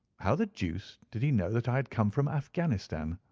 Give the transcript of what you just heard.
how the deuce did he know that i had come from afghanistan?